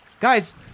Guys